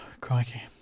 crikey